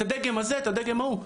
את הדגם הזה או את הדגם ההוא,